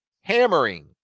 hammering